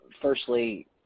Firstly